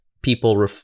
people